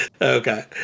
Okay